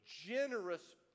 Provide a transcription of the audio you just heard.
generous